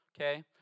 Okay